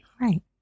Right